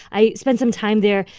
i spent some time there.